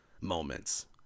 moments